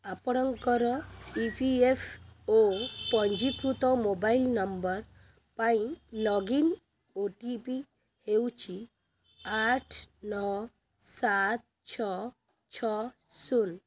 ଆପଣଙ୍କର E P F ଓ ପଞ୍ଜୀକୃତ ମୋବାଇଲ୍ ନମ୍ବର ପାଇଁ ଲଗଇନ୍ ଓ ଟି ପି ହେଉଛି ଆଠ ନଅ ସାତ ଛଅ ଛଅ ଶୂନ